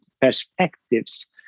perspectives